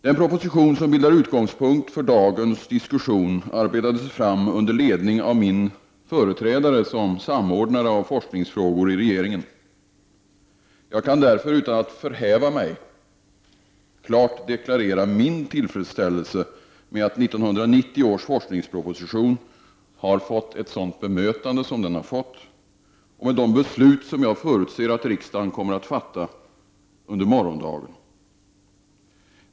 Den proposition som bildar utgångspunkt för dagens diskussion arbetades fram under ledning av min företrädare som samordnare av forskningsfrågor i regeringen. Jag kan därför utan att förhäva mig klart deklarera min tillfredsställelse med att 1990 års forskningsproposition har fått ett sådant bemötande som den har fått och med de beslut som jag förutser att riksdagen kommer att fatta under morgondagen.